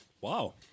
Wow